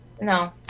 No